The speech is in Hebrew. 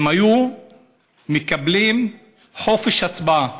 אם היו מקבלים חופש הצבעה,